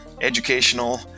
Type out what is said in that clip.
educational